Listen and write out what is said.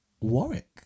warwick